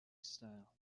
style